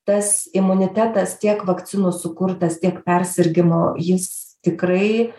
tas imunitetas tiek vakcinų sukurtas tiek persirgimo jis tikrai